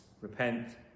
Repent